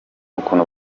ukuntu